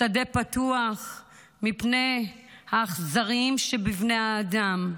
שדה פתוח מפני האכזריים שבבני האדם.